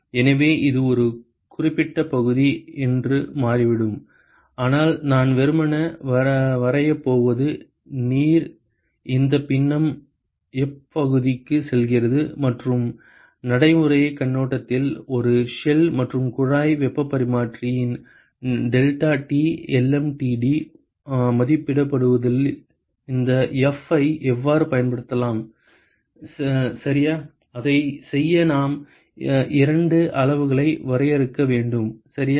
எனவே இது ஒரு குறிப்பிட்ட பகுதி என்று மாறிவிடும் ஆனால் நான் வெறுமனே வரையப் போவது நீர் இந்த பின்னம் எப் பகுதிக்கு செல்கிறது மற்றும் நடைமுறைக் கண்ணோட்டத்தில் ஒரு ஷெல் மற்றும் குழாய் வெப்பப் பரிமாற்றி இன் deltaTlmtd மதிப்பிடுவதில் இந்த F ஐ எவ்வாறு பயன்படுத்தலாம் சரியா அதைச் செய்ய நாம் இரண்டு அளவுகளை வரையறுக்க வேண்டும் சரியா